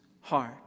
heart